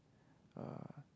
uh